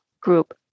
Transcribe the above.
group